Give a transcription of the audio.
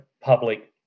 public